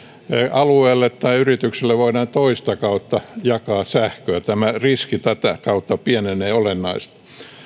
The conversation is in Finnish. alueelle tai yritykselle voidaan toista kautta jakaa sähköä tätä kautta riski pienenee olennaisesti